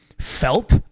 Felt